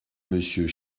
monsieur